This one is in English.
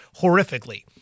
horrifically